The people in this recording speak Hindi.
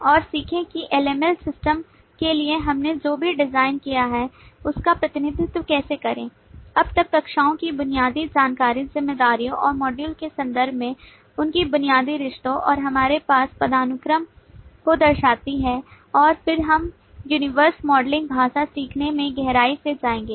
और सीखें कि LML सिस्टम के लिए हमने जो भी डिजाइन किया है उसका प्रतिनिधित्व कैसे करें अब तक कक्षाओं की बुनियादी जानकारी जिम्मेदारियों और मॉड्यूल के संदर्भ में उनके बुनियादी रिश्तों और हमारे पास पदानुक्रम को दर्शाती है और फिर हम यूनिवर्स मॉडलिंग भाषा सीखने में गहराई से जाएंगे